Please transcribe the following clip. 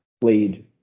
played